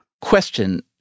Question